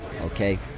Okay